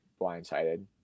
blindsided